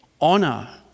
honor